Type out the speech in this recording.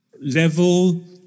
level